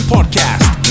Podcast